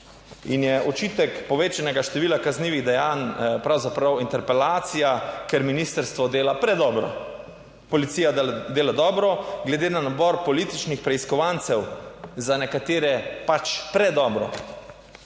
in je očitek povečanega števila kaznivih dejanj pravzaprav interpelacija, ker ministrstvo dela predobro. Policija dela dobro, glede na nabor političnih preiskovancev za nekatere pač predobro.